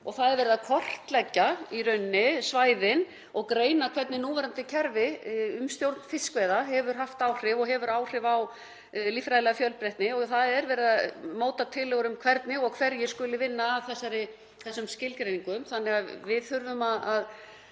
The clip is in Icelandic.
Það er verið að kortleggja svæðin og greina hvernig núverandi kerfi um stjórn fiskveiða hefur haft áhrif og hefur áhrif á líffræðilega fjölbreytni. Það er verið að móta tillögur um hvernig og hverjir skuli vinna að þessum skilgreiningum. Við erum